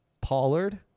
Pollard